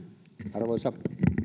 arvoisa